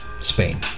Spain